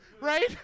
right